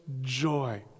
Joy